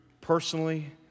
personally